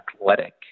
athletic